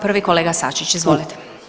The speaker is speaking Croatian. Prvi kolega Sačić, izvolite.